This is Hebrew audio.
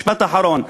משפט אחרון,